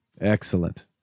excellent